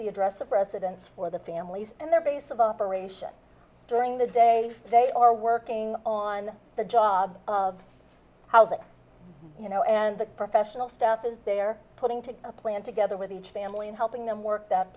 the address of residence for the families and their base of operations during the day they are working on the job of housing you know and the professional staff is there putting to a plan together with each family and helping them work that